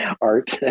art